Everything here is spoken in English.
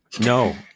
No